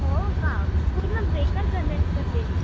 हो का पूर्ण बेकार झाले आहेत का ते